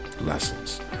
lessons